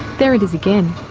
there it is again.